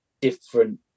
different